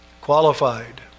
qualified